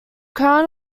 crown